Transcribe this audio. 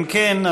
אם כן,